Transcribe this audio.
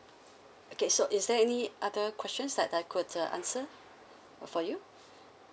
okay so is there any other questions that I could uh answer for you